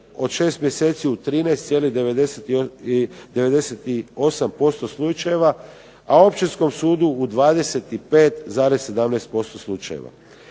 od 6 mjeseci u 13.98% slučajeva, a Općinskom sudu u 25,17% slučajeva.